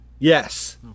Yes